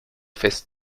fest